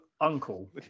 uncle